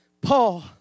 Paul